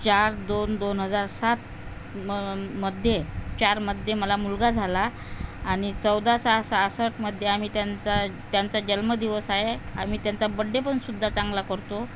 चार दोन दोन हजार सात म मध्ये चारमध्ये मला मुलगा झाला आणि चौदा सहा सहासष्टमध्ये आम्ही त्यांचा त्यांचा जन्मदिवस आहे आम्ही त्यांचा बड्डे पण सुद्धा चांगला करतो